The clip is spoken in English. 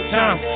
time